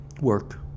work